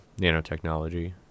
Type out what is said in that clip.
nanotechnology